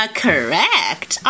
correct